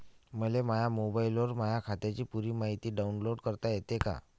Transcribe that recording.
मले माह्या मोबाईलवर माह्या खात्याची पुरी मायती डाऊनलोड करता येते का?